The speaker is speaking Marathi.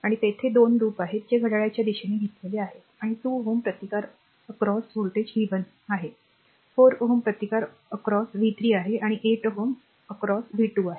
आणि तेथे २ लूप आहेत जे घड्याळाच्या दिशेने घेतलेले आहेत आणि २ Ω प्रतिकार ओलांडून व्होल्टेज v 1 आहे 4 ओम प्रतिकार ओलांडून v 3 आहे8 ओहम्म ओलांडून v 2 आहे